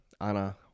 Anna